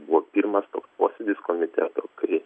buvo pirmas toks posėdis komitetų kai